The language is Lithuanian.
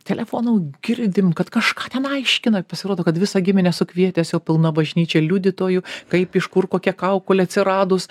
telefonu girdim kad kažką ten aiškina pasirodo kad visą giminę sukvietęs jau pilna bažnyčia liudytojų kaip iš kur kokia kaukolė atsiradus